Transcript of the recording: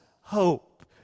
hope